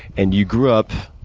and, you grew up,